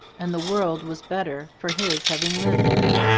and the world was better for his having lived in it.